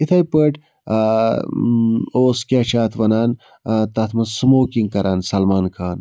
اِتھَے پٲٹھۍ اوس کیٛاہ چھِ اَتھ وَنان تَتھ منٛز سُموکِنٛگ کَران سَلمان خان